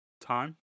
time